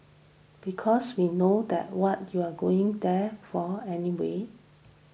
because we know that what you're going there for anyway